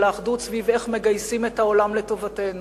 אלא אחדות סביב איך מגייסים את העולם לטובתנו,